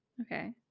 Okay